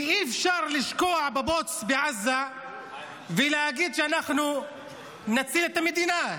כי אי-אפשר לשקוע בבוץ בעזה ולהגיד שאנחנו נציל את המדינה.